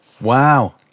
Wow